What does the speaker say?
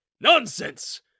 Nonsense